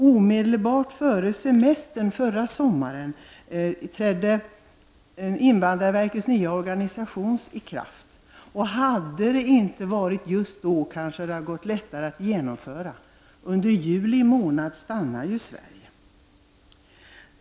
Omedelbart före semestern förra sommaren trädde invandrarverkets nya organisation i kraft. Hade detta inte skett just vid den tidpunkten hade det kanske gått lättare att genomföra den förändringen. Under juli månad stannar ju Sverige.